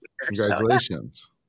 congratulations